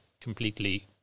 completely